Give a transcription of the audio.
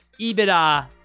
EBITDA